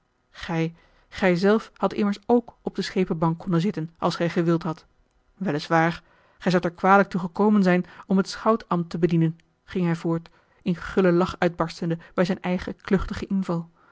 gij zelf had immers ook op de schepenbank konnen zitten als gij gewild hadt wel is waar gij zoudt er kwalijk toe gekomen zijn om het schout ambt te bedienen ging hij voort in gullen lach uitbarstende bij zijn eigen kluchtigen inval